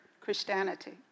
Christianity